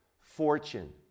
fortune